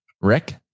Rick